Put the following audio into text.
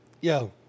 Yo